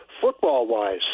Football-wise